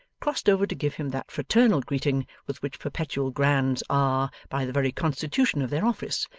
crossed over to give him that fraternal greeting with which perpetual grands are, by the very constitution of their office,